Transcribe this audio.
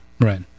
Right